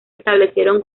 establecieron